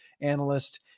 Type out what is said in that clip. analyst